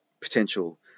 potential